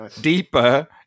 deeper